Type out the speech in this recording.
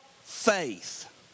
faith